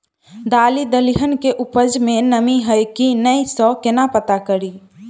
दालि दलहन केँ उपज मे नमी हय की नै सँ केना पत्ता कड़ी?